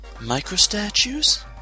Micro-statues